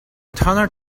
tunnel